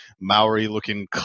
Maori-looking